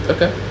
Okay